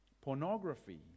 Pornography